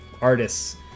artists